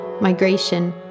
migration